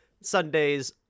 Sundays